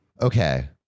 okay